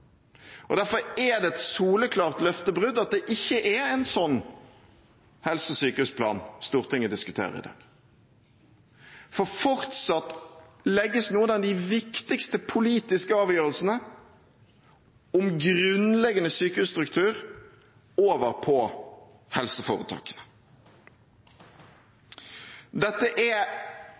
tilbake. Derfor er det et soleklart løftebrudd at det ikke er en sånn helse- og sykehusplan Stortinget diskuterer i dag, for fortsatt legges noen av de viktigste politiske avgjørelsene om grunnleggende sykehusstruktur over på helseforetakene. Dette er